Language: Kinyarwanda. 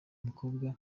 mukobwa